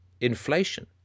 inflation